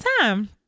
time